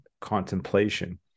contemplation